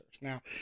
Now